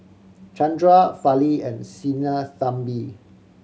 Chandra Fali and Sinnathamby